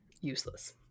useless